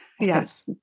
yes